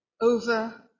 over